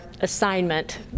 assignment